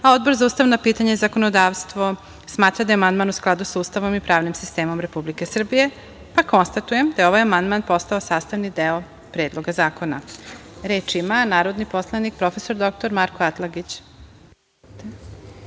a Odbor za ustavna pitanja i zakonodavstvo smatra da je amandman u skladu sa Ustavom i pravnim sistemom Republike Srbije. Konstatujem da je ovaj amandman postao sastavni deo Predloga zakona. Reč ima narodni poslanik Boban Birmančević,